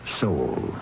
Soul